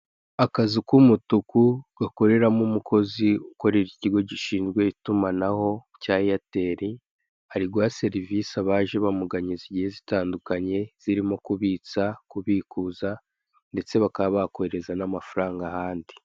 Akazu k'umutuku gakoreramo umukozi ukorera ikigo gishinzwe itumanaho cya Eyateri, ari guha serivisi abaje bamuganye zigiye zitandukanye zirimo kubitsa, kubikuza ndetse bakaba bakohereza n'amafaranga ahandi.